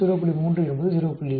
3 என்பது 0